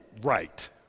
right